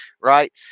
Right